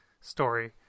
story